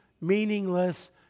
meaningless